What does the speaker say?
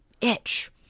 itch